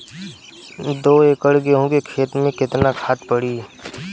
दो एकड़ गेहूँ के खेत मे केतना खाद पड़ी?